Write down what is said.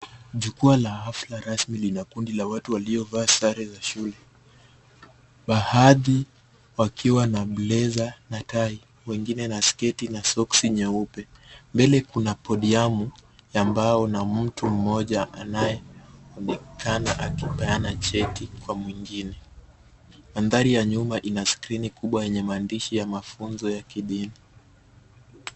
Jukwaa la hafla rasmi lina kundi la watu waliovaa sare za shule. Baadhi wakiwa na bleza na tai, wengine na sketi na soksi nyeupe. Mbele kuna podiamu , ya mbao na mtu mmoja anayeonekana akipeana cheti kwa mwingine. Mandhari ya nyuma ina skrini kubwa yenye maandishi ya mafunzo ya kidini.